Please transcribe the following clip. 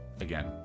again